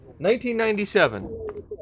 1997